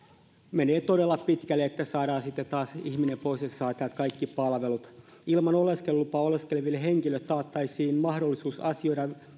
menee todella pitkälle että saadaan sitten taas ihminen pois jos hän saa täältä kaikki palvelut ilman oleskelulupaa oleskeleville henkilöille taattaisiin mahdollisuus asioida